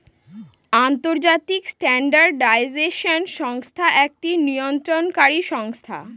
আন্তর্জাতিক স্ট্যান্ডার্ডাইজেশন সংস্থা একটি নিয়ন্ত্রণকারী সংস্থা